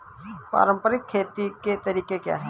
पारंपरिक खेती के तरीके क्या हैं?